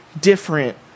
different